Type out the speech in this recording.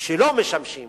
שלא משמשות